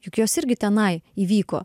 juk jos irgi tenai įvyko